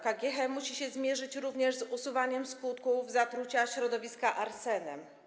KGHM musi się zmierzyć również z usuwaniem skutków zatrucia środowiska arsenem.